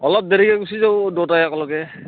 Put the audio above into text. অলপ দেৰিকৈ গুচি যাওঁ দুয়োটাই একেলগে